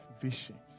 visions